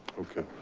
okay.